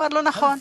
אמר לו: נכון,